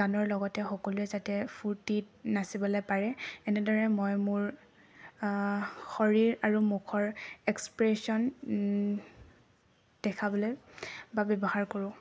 গানৰ লগতে সকলোৱে যাতে ফূৰ্তিত নাচিবলৈ পাৰে এনেদৰে মই মোৰ শৰীৰ আৰু মুখৰ এক্সপ্ৰেছন দেখাবলৈ বা ব্যৱহাৰ কৰোঁ